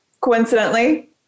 Coincidentally